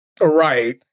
Right